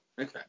Okay